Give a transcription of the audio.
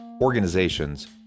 organizations